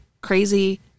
crazy